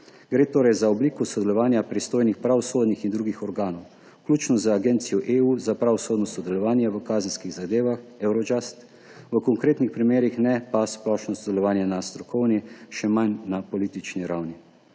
Gre torej za obliko sodelovanja pristojnih pravosodnih in drugih organov, vključno z Agencijo EU za pravosodno sodelovanje v kazenskih zadevah, Eurojust, v konkretnih primerih, ne pa splošno sodelovanje na strokovni, še manj na politični ravni.